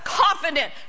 confident